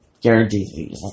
Guaranteed